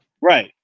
Right